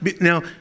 Now